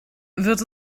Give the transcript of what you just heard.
wird